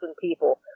people